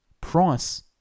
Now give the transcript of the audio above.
price